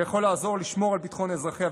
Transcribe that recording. שיכול לעזור לשמור על ביטחון אזרחיה.